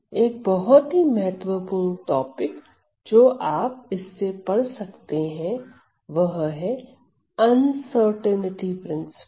एक बहुत ही महत्वपूर्ण टॉपिक जो आप इस से पढ़ सकते हैं वह है अनसर्टेनिटी प्रिंसिपल